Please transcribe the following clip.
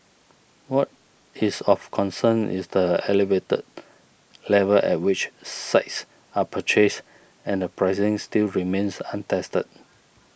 what is of concern is the elevated level at which sites are purchased and the pricing still remains untested